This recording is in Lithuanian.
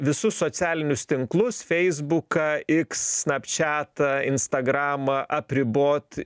visus socialinius tinklus feisbuką x snapčiatą instagramą apribot